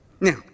Now